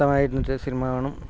സ്വസ്ഥമായി ഇരുന്നിട്ട് സിനിമ കാണും